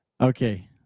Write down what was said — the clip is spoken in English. Okay